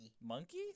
Monkey